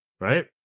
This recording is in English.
Right